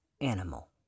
animal